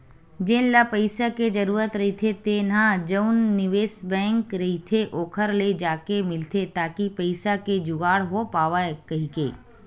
जेन ल पइसा के जरूरत रहिथे तेन ह जउन निवेस बेंक रहिथे ओखर ले जाके मिलथे ताकि पइसा के जुगाड़ हो पावय कहिके